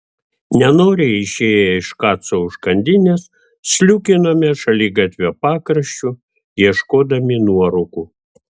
nenoriai išėję iš kaco užkandinės sliūkinome šaligatvio pakraščiu ieškodami nuorūkų